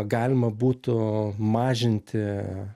galima būtų mažinti